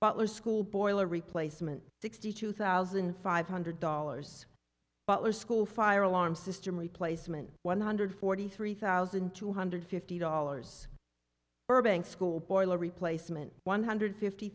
butler school boiler replacement sixty two thousand five hundred dollars butler school fire alarm system replacement one hundred forty three thousand two hundred fifty dollars burbank school boiler replacement one hundred fifty